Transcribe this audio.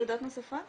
נקודות נוספות?